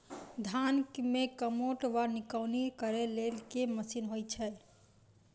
धान मे कमोट वा निकौनी करै लेल केँ मशीन होइ छै?